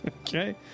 okay